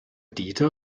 dieter